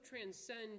transcend